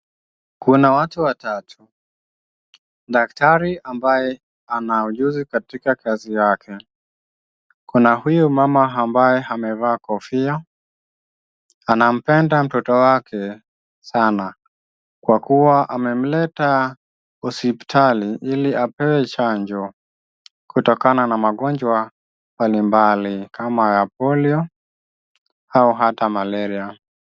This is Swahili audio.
Kuna watu watatu, daktari ambaye ana ujuzi katika kazi yake, kuna huyu mama ambaye amevaa kofia, anampenda mtoto wake sana kwa kuwa amemleta hospitali ili apewe chanjo. Kutokana na magonjwa mbalimbali kama polio au hata malaria.